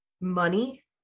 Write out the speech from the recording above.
money